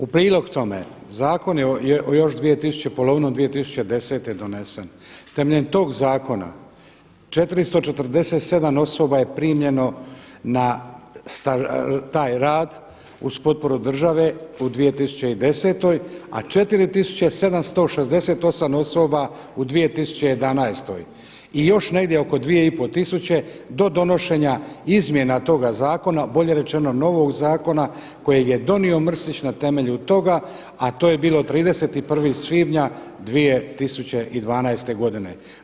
U prilog tome zakon je još polovinom 2010. donesen, temeljem tog zakona 447 osoba je primljeno na taj rad uz potporu države u 2010., a 4 tisuće 768 osoba u 2011. i još negdje oko 2,5 tisuće do donošenja izmjena toga zakona, bolje rečeno novog zakona kojeg je donio Mrsić na temelju toga, a to je bilo 31. svibnja 2012. godine.